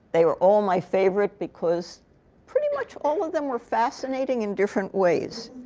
they were all my favorite because pretty much all of them were fascinating in different ways.